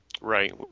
Right